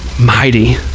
Mighty